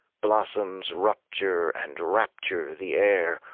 blossoms rupture and rapture the air,